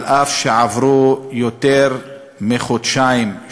אף שעברו יותר מחודשיים,